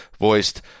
voiced